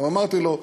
אמרתי לו: